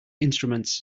instruments